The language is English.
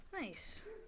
Nice